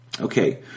Okay